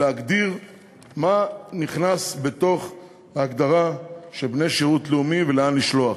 להגדיר מה נכנס בתוך ההגדרה של בני שירות לאומי ולאן לשלוח,